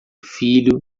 filho